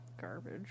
garbage